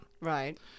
right